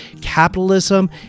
capitalism